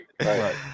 right